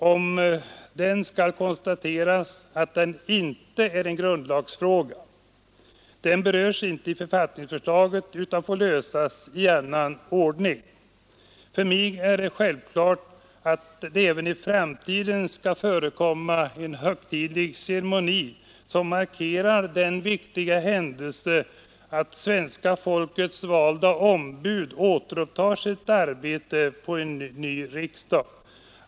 Jag kan konstatera att den inte är en grundlagsfråga. Den berörs inte av författningsförslaget utan får lösas i annan ordning. För mig är det självklart att det även i framtiden skall förekomma en högtidlig ceremoni, som markerar den viktiga händelsen att svenska folkets valda ombud återupptar sitt arbete i en ny riksdag.